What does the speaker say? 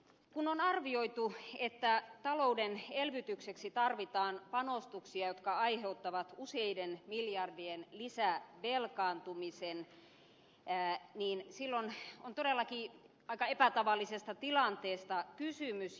kun on arvioitu että talouden elvytykseksi tarvitaan panostuksia jotka aiheuttavat useiden miljardien lisävelkaantumisen niin silloin on todellakin aika epätavallisesta tilanteesta kysymys